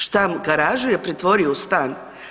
Šta garažu je pretvorio u stan?